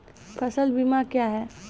फसल बीमा क्या हैं?